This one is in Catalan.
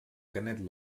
canet